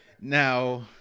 Now